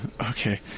Okay